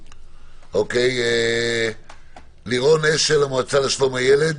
לירון אשל, המועצה לשלום הילד.